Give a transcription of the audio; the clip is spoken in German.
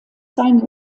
seinen